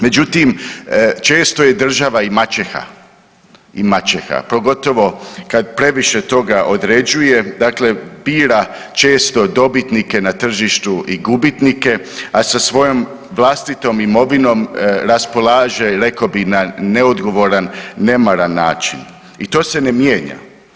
Međutim, često je država i maćeha, i maćeha, pogotovo kad previše toga određuje, dakle bira često dobitnike na tržištu i gubitnike, a sa svojom vlastitom imovinom raspolaže rekao bi na neodgovoran, nemaran način i to se ne mijenja.